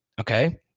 Okay